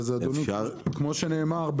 כמו שנאמר,